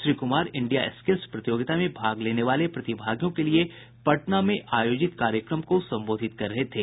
Shri Kumar India skills प्रतियोगिता में भाग लेने वाले प्रतिभागियों के लिए पटना में आयोजित कार्यक्रम को संबोधित कर रहे थे